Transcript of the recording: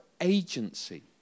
agency